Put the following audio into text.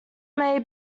may